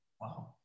Wow